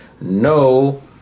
No